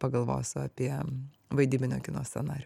pagalvosiu apie vaidybinio kino scenarijų